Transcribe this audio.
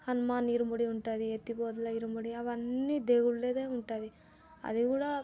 హనుమాన్ ఇరుముడి ఉంటుంది ఎత్తిపోతల ఇరుముడి అవన్నీ దేవుళ్లదే ఉంటుంది అది కూడా